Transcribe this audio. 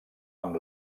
amb